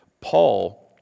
Paul